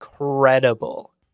Incredible